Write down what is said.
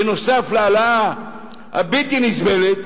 נוסף על ההעלאה הבלתי-נסבלת,